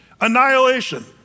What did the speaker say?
annihilation